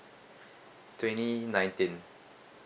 twenty nineteen